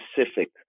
specific